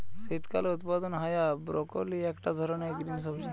শীতকালে উৎপাদন হায়া ব্রকোলি একটা ধরণের গ্রিন সবজি